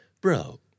Bro